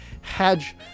hedge